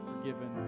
forgiven